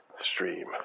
stream